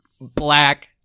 black